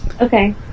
Okay